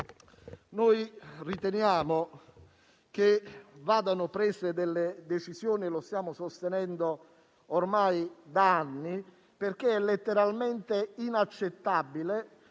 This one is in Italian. Riteniamo che vadano prese delle decisioni - lo stiamo sostenendo ormai da anni - perché è letteralmente inaccettabile